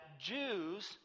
Jews